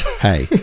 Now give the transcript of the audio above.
Hey